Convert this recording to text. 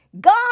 God